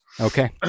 Okay